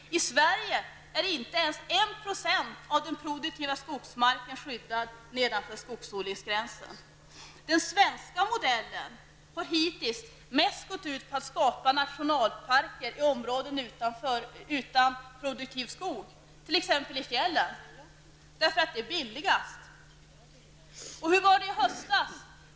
I Sverige är inte ens 1 % av den produktiva skogsmarken skyddad nedanför skogodlingsgränsen. Den svenska modellen har hittills mest gått ut på att skapa nationalparker i områden utan produktiv skog, t.ex. i fjällen, därför att det är billigast. Hur var det i höstas?